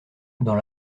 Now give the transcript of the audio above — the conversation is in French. dans